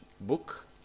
book